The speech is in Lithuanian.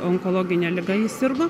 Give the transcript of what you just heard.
onkologine liga ji sirgo